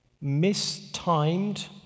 mistimed